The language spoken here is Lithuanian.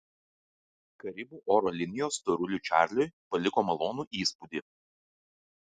karibų oro linijos storuliui čarliui paliko malonų įspūdį